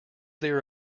there